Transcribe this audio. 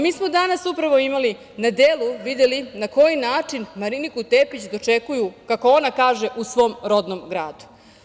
Mi smo danas upravo imali na delu, videli na koji način Mariniku Tepić dočekuju, kako ona kaže u svom rodnom gradu.